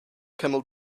camel